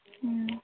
ହଁ